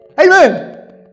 Amen